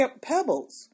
Pebbles